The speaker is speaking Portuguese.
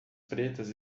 pretas